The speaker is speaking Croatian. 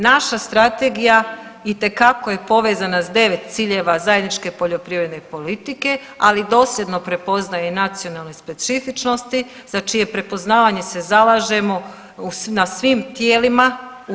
Naša strategija itekako je povezana s 9 ciljeva zajedničke poljoprivredne politike, ali dosljedno prepoznaje i nacionalne specifičnosti za čije prepoznavanje se zalažemo na svim tijelima u EU.